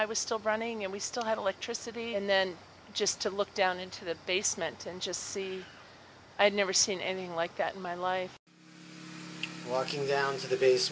i was still running and we still had electricity and then just to look down into the basement and just see i had never seen anything like that in my life walking down to the b